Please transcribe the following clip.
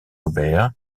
aubert